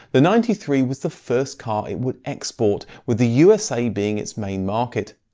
the ninety three was the first car it would export, with the usa being its main market.